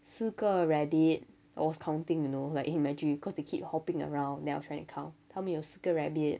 四个 rabbit I was counting you know like imagine cause they keep hopping around then I was trying to count 他们有四个 rabbit